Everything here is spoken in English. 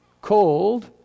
called